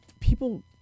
people